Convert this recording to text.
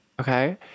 okay